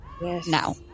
now